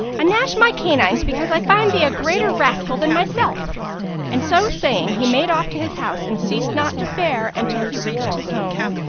i gnash my canines because i find thee a greater rascal than myself and so saying he made off to his house and ceased not to fare until he reached his home.